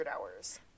hours